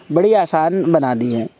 بڑی آسان بنا دی ہے